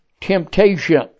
temptation